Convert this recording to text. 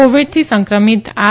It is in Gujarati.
કોવિડથી સંક્રમિત આર